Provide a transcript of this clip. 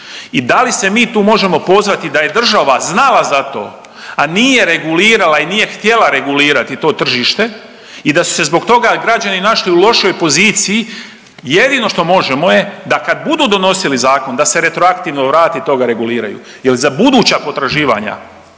I da li se mi tu možemo pozvati da je država znala za to, a nije regulirala i nije htjela regulirati to tržište i da su se zbog toga građani našli u lošoj poziciji jedini što možemo je da kad budu donosili zakon, da se retroaktivno vrati, to reguliraju ili za buduća potraživanja